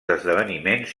esdeveniments